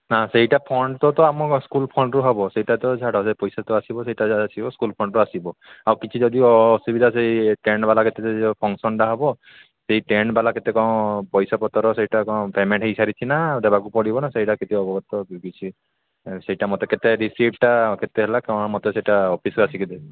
ନା ସେଇଟା ଫଣ୍ଡଟାତ ଆମ ସ୍କୁଲ ଫଣ୍ଡରୁୁ ହେବ ସେଇଟା ତ ଛାଡ଼ ସେ ପଇସା ତ ଆସିବ ସେଇଟା ଯାହା ଆସିବ ସ୍କୁଲ ଫଣ୍ଡରୁ ଆସିବ ଆଉ କିଛି ଯଦି ଅସୁବିଧା ସେଇ ଟେଣ୍ଟ ବାଲା କେତେ ଫଙ୍କସନଟା ହେବ ସେଇ ଟେଣ୍ଟ ବାଲା କେତେ କ'ଣ ପଇସା ପତ୍ରର ସେଇଟା କ'ଣ ପେମେଣ୍ଟ ହୋଇସାରିଛି ନାଇଁ ଦେବାକୁ ପଡ଼ିବ ନା ସେଇଟା କିଛି ଅବଗତ କିଛି ସେଇଟା ମୋତେ କେତେ ରିସିପ୍ଟ କେତେ ହେଲା କ'ଣ ମୋତେ ସେଇଟା ଅଫିସକୁ ଆସିକି ଦେବ